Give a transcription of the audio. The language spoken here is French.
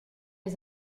les